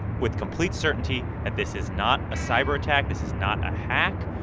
with complete certainty, that this is not a cyberattack. this is not a hack.